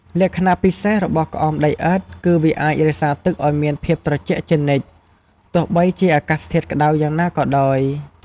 លក្ខណៈពិសេសរបស់ក្អមដីឥដ្ឋ គឺវាអាចរក្សាទឹកឲ្យមានភាពត្រជាក់ជានិច្ច ទោះបីជាអាកាសធាតុក្តៅយ៉ាងណាក៏ដោយ។